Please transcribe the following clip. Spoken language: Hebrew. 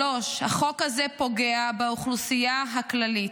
שלוש, החוק הזה פוגע באוכלוסייה הכללית.